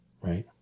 right